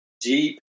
Deep